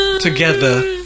together